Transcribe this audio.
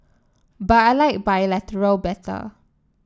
but I like bilateral better